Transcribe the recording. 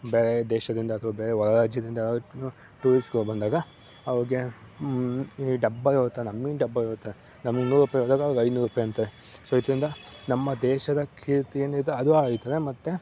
ಬೇರೆ ದೇಶದಿಂದ ಅಥ್ವಾ ಬೇರೆ ಹೊರ ರಾಜ್ಯದಿಂದ ಟೂರಿಸ್ಗಳು ಬಂದಾಗ ಅವ್ರಿಗೆ ಈ ಡಬ್ಬಲ್ ಇರುತ್ತೆ ನಮ್ಗಿಂತ ಡಬ್ಬಲ್ ಇರುತ್ತೆ ನಮ್ಗೆ ನೂರು ರೂಪಾಯಿ ಹೇಳ್ದಾಗ ಐನೂರು ರೂಪಾಯಿ ಅಂತಾರೆ ಸೊ ಇದರಿಂದ ನಮ್ಮ ದೇಶದ ಕೀರ್ತಿ ಏನಿದೆ ಅದೂ ಹಾಳಾಗ್ತದೆ ಮತ್ತೆ